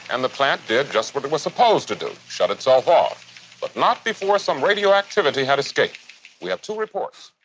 and the plant did just what it was supposed to do shut itself off but not before some radioactivity had escaped. we have two reports.